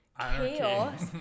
chaos